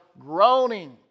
groaning